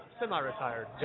Semi-retired